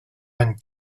vingt